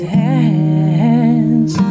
hands